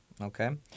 okay